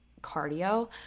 cardio